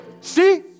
See